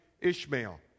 Ishmael